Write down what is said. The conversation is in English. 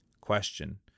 Question